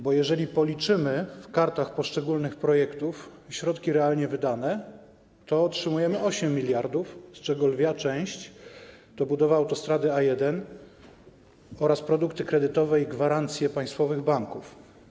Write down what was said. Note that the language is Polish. Bo jeżeli policzymy w kartach poszczególnych projektów środki realnie wydane, to otrzymujemy 8 mld, z czego lwia część to budowa autostrady A1 oraz produkty kredytowe i gwarancje państwowych banków.